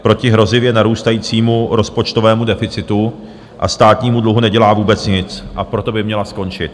Proti hrozivě narůstajícímu rozpočtovému deficitu a státnímu dluhu nedělá vůbec nic, a proto by měla skončit.